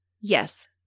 Yes